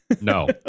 No